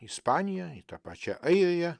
ispaniją į tą pačią airiją